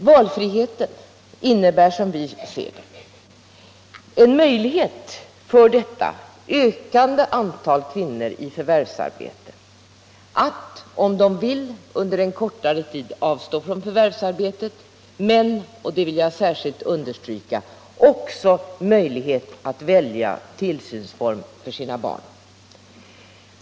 Valfriheten innebär, som vi ser det, en möjlighet för detta ökande antal kvinnor i förvärvsarbete att, om de vill, under en kortare tid avstå från förvärvsarbetet men — och det vill jag särskilt understryka — också möjlighet att välja tillsynsform för sina barn.